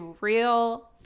real